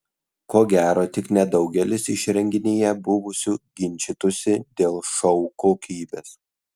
ko gero tik nedaugelis iš renginyje buvusių ginčytųsi dėl šou kokybės